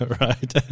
right